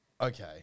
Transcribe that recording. Okay